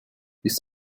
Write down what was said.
bist